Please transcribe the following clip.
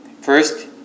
first